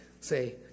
say